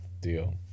deal